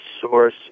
source